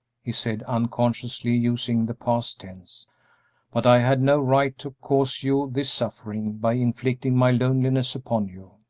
he said, unconsciously using the past tense but i had no right to cause you this suffering by inflicting my loneliness upon you.